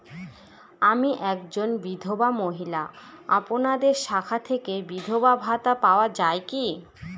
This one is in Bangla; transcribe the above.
আমি একজন বিধবা মহিলা আপনাদের শাখা থেকে বিধবা ভাতা পাওয়া যায় কি?